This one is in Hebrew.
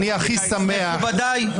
אתם רק מבליטים את דבריו.